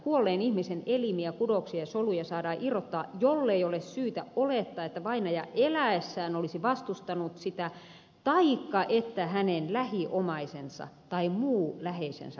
kuolleen ihmisen elimiä kudoksia ja soluja saadaan irrottaa jollei ole syytä olettaa että vainaja eläessään olisi vastustanut sitä taikka että hänen lähiomaisensa tai muu läheisensä vastustaisi sitä